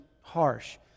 harsh